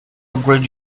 upgrade